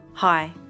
Hi